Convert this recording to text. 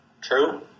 True